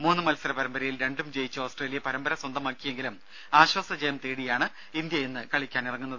മൂന്ന് മത്സര പരമ്പരയിൽ രണ്ടും ജയിച്ച് ഓസ്ട്രേലിയ പരമ്പര സ്വന്തമാക്കിയെങ്കിലും ആശ്വാസജയം തേടിയാണ് ഇന്ത്യ ഇന്ന് കളിക്കാനിറങ്ങുന്നത്